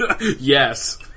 Yes